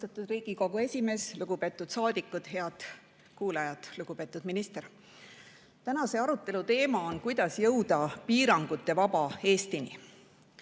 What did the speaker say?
Austatud Riigikogu esimees! Lugupeetud saadikud! Head kuulajad! Lugupeetud minister! Tänase arutelu teema on "Kuidas jõuda piirangutevaba Eestini?".